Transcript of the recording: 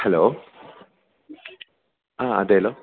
hello ആ അതേല്ലോ